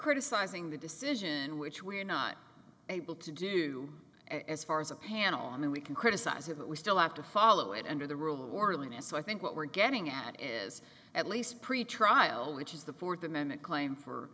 criticizing the decision which we're not able to do and as far as a panel i mean we can criticize it but we still have to follow it under the rule of war lena so i think what we're getting at is at least pretrial which is the fourth amendment claim for